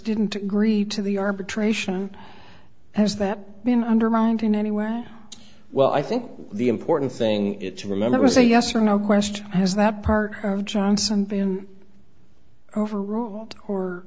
didn't agree to the arbitration has that been undermined in anywhere well i think the important thing it to remember was a yes or no question has that part of johnson been overall or